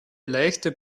leichte